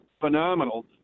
phenomenal